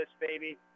baby